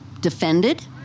defended